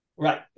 Right